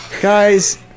Guys